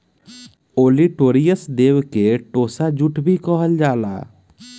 olitorius देव के tossa jute भी कहल जाला